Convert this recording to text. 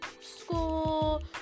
school